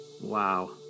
Wow